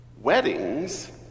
Weddings